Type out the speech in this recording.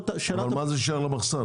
אבל מה זה שייך למחסן?